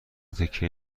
تکیه